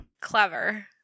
clever